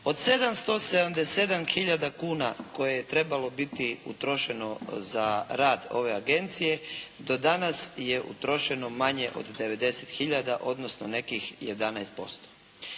Do 777 hiljada kuna koje je trebalo biti utrošeno za rad ove agencije, do danas je utrošeno manje od 90 hiljada, odnosno nekih 11%